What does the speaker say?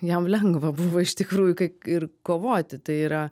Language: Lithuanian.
jam lengva buvo iš tikrųjų kaip ir kovoti tai yra